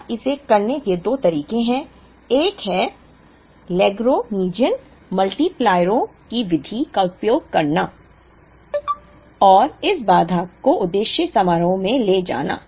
अब इसे करने के दो तरीके हैं एक है लैग्रेन्जियन मल्टीप्लायरों की विधि का उपयोग करना और इस बाधा को उद्देश्य समारोह में ले जाना